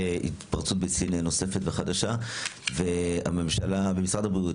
לכן צריך שיהיה חוק שמשרד הבריאות